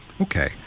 Okay